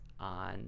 on